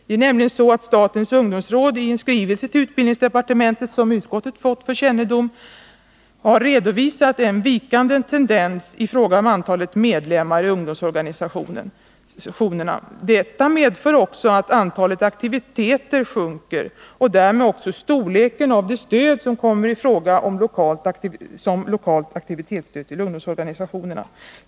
Det är nämligen så att statens ungdomsråd i en skrivelse till utbildningsdepartementet — som utskottet fått för kännedom — har redovisat en vikande tendens i fråga om antalet medlemmar i ungdomsorganisationerna. Detta medför också att antalet aktiviteter sjunker och därmed också storleken av det stöd som kommer i fråga som lokalt aktivitetsstöd till ungdomsorganisationerna.